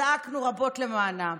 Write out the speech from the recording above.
זעקנו רבות למענן.